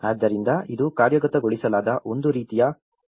ಆದ್ದರಿಂದ ಇದು ಕಾರ್ಯಗತಗೊಳಿಸಲಾದ ಒಂದು ರೀತಿಯ ವಿವರವಾಗಿದೆ